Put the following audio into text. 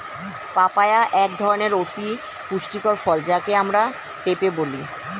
papaya এক ধরনের অতি পুষ্টিকর ফল যাকে আমরা পেঁপে বলি